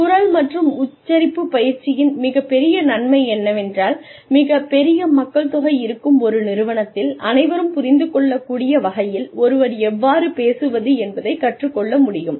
குரல் மற்றும் உச்சரிப்பு பயிற்சியின் மிகப் பெரிய நன்மை என்னவென்றால் மிகப் பெரிய மக்கள் தொகை இருக்கும் ஒரு நிறுவனத்தில் அனைவரும் புரிந்து கொள்ளக்கூடிய வகையில் ஒருவர் எவ்வாறு பேசுவது என்பதை கற்றுக்கொள்ள முடியும்